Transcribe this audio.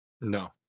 No